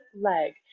Leg